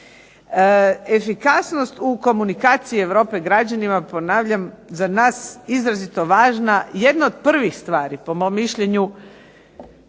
Efikasnost u komunikaciji Europske s građanima, ponavljam za nas izrazito važna, jedna od prvih stvari po mom mišljenju